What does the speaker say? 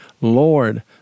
Lord